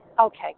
Okay